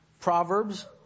Proverbs